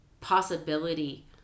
possibility